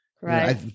Right